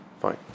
Fine